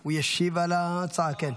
הוא ישיב על ההצעה, כן.